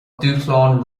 dúshlán